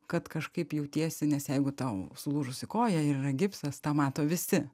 kad kažkaip jautiesi nes jeigu tau sulūžusi koja yra gipsas tą mato visi